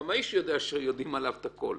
גם האיש יודע שיודעים עליו את הכול.